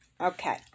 Okay